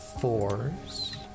fours